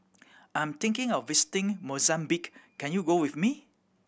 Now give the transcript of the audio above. I'm thinking of visiting Mozambique can you go with me